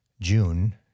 June